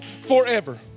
forever